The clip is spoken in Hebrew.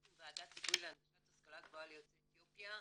עם ועדת היגוי להנגשת השכלה גבוהה ליוצאי אתיופיה,